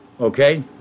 okay